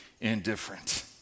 indifferent